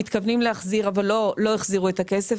מתכוונים להחזיר אבל לא החזירו את הכסף,